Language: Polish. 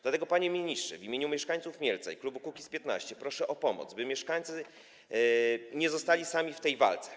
Dlatego, panie ministrze, w imieniu mieszkańców Mielca i klubu Kukiz’15 proszę o pomoc, by mieszkańcy nie zostali sami w tej walce.